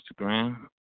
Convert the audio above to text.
Instagram